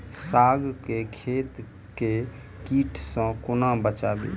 साग केँ खेत केँ कीट सऽ कोना बचाबी?